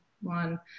one